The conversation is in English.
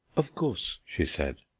of course, she said.